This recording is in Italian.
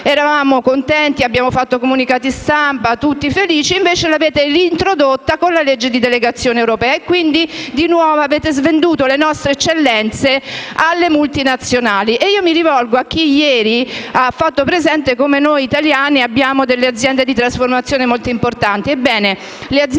Eravamo contenti, abbiamo fatto comunicati stampa, eravamo tutti felici e invece avete reintrodotto la norma con il disegno di legge di delegazione europea, quindi avete nuovamente svenduto le nostre eccellenze alle multinazionali. Mi rivolgo a chi ieri ha fatto presente che noi italiani abbiamo aziende di trasformazione molto importanti.